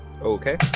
Okay